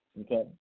okay